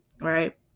right